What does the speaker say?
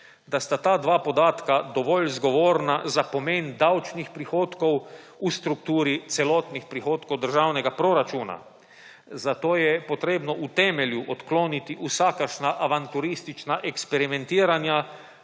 da sta ta dva podatka dovolj zgovorna za pomen davčnih prihodkov v strukturi celotnih prihodkov državnega proračuna. Zato je potrebno v temelju odkloniti vsakršna avanturistična eksperimentiranja,